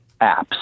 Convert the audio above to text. apps